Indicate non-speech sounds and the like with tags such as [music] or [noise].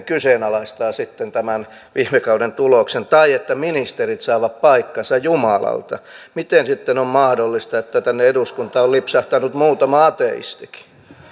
[unintelligible] kyseenalaistaa sitten tämän viime kauden tuloksen tai sanoa että ministerit saavat paikkansa jumalalta miten sitten on mahdollista että tänne eduskuntaan on lipsahtanut muutama ateistikin